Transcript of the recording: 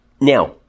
Now